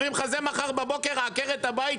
אומרים לך שמחר בבוקר עקרת הבית,